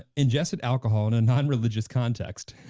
ah ingested alcohol in a non-religious context.